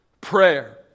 prayer